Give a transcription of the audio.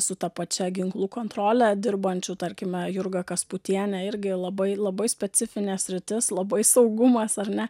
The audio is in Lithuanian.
su ta pačia ginklų kontrole dirbančių tarkime jurga kasputienė irgi labai labai specifinė sritis labai saugumas ar ne